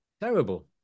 Terrible